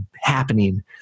happening